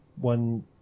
one